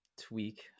tweak